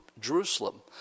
Jerusalem